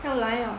要来 orh